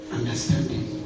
Understanding